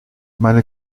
meine